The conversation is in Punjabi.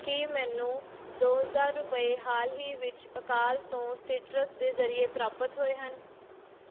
ਕੀ ਮੈਨੂੰ ਦੋ ਹਜ਼ਾਰ ਰੁਪਏ ਹਾਲ ਹੀ ਵਿੱਚ ਅਕਾਲ ਤੋਂ ਸੀਟਰਸ ਦੇ ਜ਼ਰੀਏ ਪ੍ਰਾਪਤ ਹੋਏ ਹਨ